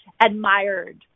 admired